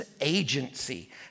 agency